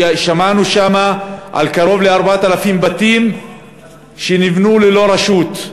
שמענו שם על קרוב ל-4,000 בתים שנבנו ללא רשות.